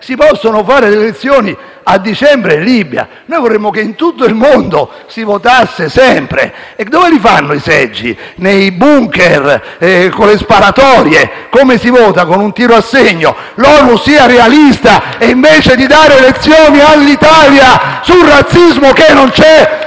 si possano fare le elezioni a dicembre in Libia. Noi vorremmo che in tutto il mondo si votasse sempre, ma dove li fanno i seggi? Nei *bunker*, con le sparatorie? Come si vota, con un tiro a segno? L'ONU sia realista e invece di dare lezioni all'Italia sul razzismo che non c'è,